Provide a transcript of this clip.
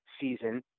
season